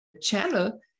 channel